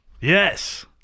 Yes